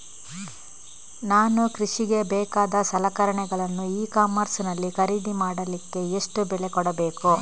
ನಾನು ಕೃಷಿಗೆ ಬೇಕಾದ ಸಲಕರಣೆಗಳನ್ನು ಇ ಕಾಮರ್ಸ್ ನಲ್ಲಿ ಖರೀದಿ ಮಾಡಲಿಕ್ಕೆ ಎಷ್ಟು ಬೆಲೆ ಕೊಡಬೇಕು?